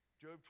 Job